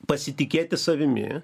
pasitikėti savimi